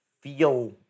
feel